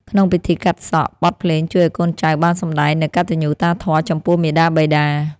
ក្នុងពិធីកាត់សក់ បទភ្លេងជួយឱ្យកូនចៅបានសម្ដែងនូវកតញ្ញូតាធម៌ចំពោះមាតាបិតា។